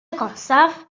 agosaf